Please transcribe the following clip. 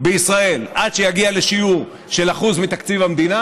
בישראל עד שיגיע לשיעור של 1% מתקציב המדינה,